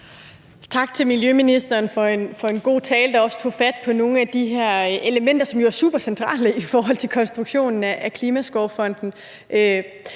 Tak til miljøministeren for en god tale, der også tog fat på nogle af de her elementer, som jo er supercentrale i forhold til konstruktionen af Klimaskovfonden.